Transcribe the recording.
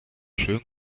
schönen